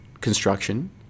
construction